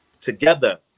together